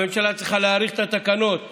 הממשלה צריכה להאריך את תקנות הסיוע,